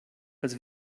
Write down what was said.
als